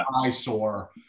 eyesore